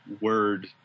word